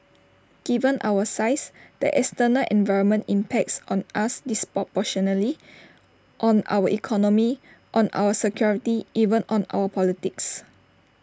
given our size the external environment impacts on us disproportionately on our economy on our security even on our politics